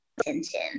attention